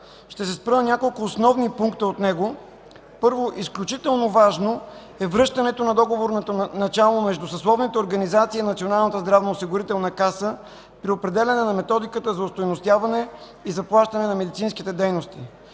ще се спра на няколко основни пункта от него. Първо, изключително важно е връщането на договорното начало между съсловните организации и Националната здравноосигурителна каса при определяне на методиката за остойностяване и заплащане на медицинските дейности.